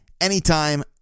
anytime